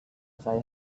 saya